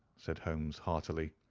said holmes heartily.